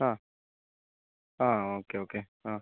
ആ ആ okay okay ആ